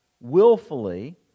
willfully